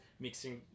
mixing